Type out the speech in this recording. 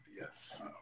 Yes